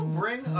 bring